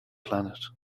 planet